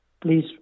please